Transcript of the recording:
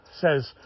says